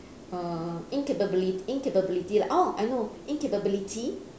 err incapabili~ incapability oh I know incapability